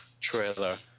trailer